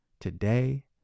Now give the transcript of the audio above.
today